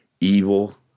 evil